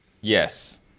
Yes